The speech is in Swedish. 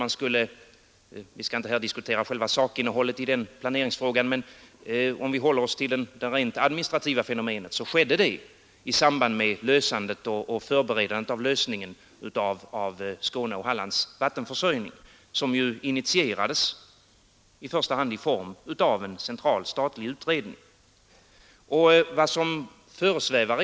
Vi skall inte här diskutera sakinnehållet i denna planeringsfråga, men rent administrativt skedde det i samband med lösningen av Skånes och Hallands vattenförsörjning och förberedelserna för detta, något som ju i första hand initierades genom en central statlig utredning.